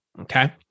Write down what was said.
okay